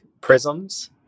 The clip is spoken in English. prisms